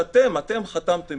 שאתם חתמתם,